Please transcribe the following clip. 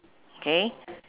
K